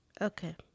Okay